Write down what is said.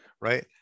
right